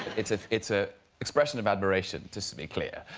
it's a it's a expression of admiration just to be clear,